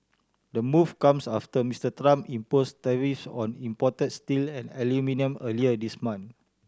the move comes after Mister Trump imposed tariffs on imported steel and aluminium earlier this month